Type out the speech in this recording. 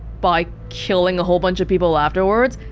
by killing a whole bunch of people afterwards?